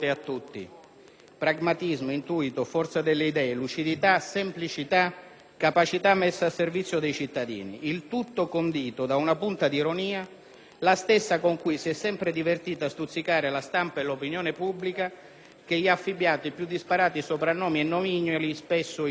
pragmatismo, intuito, forza delle idee, lucidità e semplicità, capacità messo a servizio dei cittadini. Il tutto condito da una punta di ironia, la stessa con cui si è sempre divertito a stuzzicare la stampa e l'opinione pubblica, che gli ha affibbiato i più disparati soprannomi e nomignoli, spesso ingenerosi.